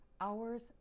hours